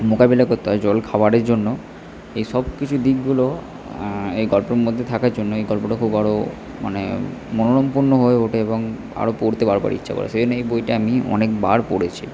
মোকাবেলা করতে হয় জলখাবারের জন্য এই সব কিছু দিকগুলো এই গল্পের মধ্যে থাকার জন্য এই গল্পটা খুব আরও মানে মনোরমপূর্ণ হয়ে ওঠে এবং আরও পড়তে বারবার ইচ্ছা করে সেই জন্য এই বইটা আমি অনেকবার পড়েছি